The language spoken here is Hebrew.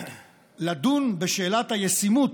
לדון בשאלת הישימות